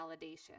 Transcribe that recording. validation